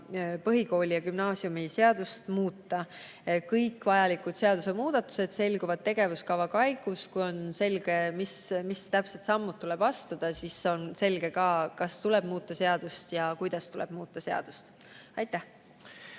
põhikooli- ja gümnaasiumiseadust muuta. Kõik vajalikud seadusemuudatused selguvad tegevuskava käigus, kui on selge, millised konkreetsed sammud tuleb astuda. Siis on selge ka, kas tuleb muuta seadust ja kui tuleb, siis kuidas. Raimond